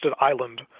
island